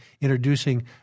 introducing